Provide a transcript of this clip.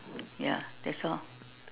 ya that's all